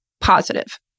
positive